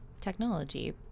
technology